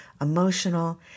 emotional